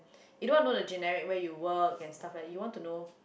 you don't want to know the generic way you work and stuff lah you want to know